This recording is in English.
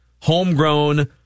homegrown